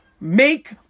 make